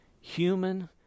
Human